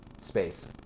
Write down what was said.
space